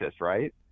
right